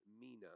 mina